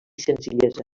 senzillesa